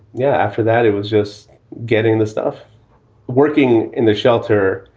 yeah. after that it was just getting the stuff working in the shelter,